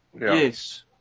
Yes